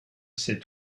ces